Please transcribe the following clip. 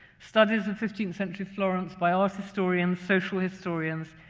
studies of fifteenth century florence by art historians, social historians,